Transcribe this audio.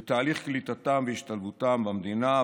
ואת תהליך קליטתם והשתלבותם במדינה,